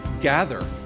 gather